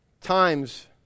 times